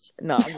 No